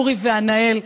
אורי וענהאל,